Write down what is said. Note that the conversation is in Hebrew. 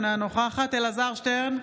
אינה נוכחת אלעזר שטרן,